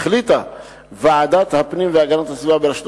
החליטה ועדת הפנים והגנת הסביבה בראשותו